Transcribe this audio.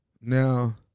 Now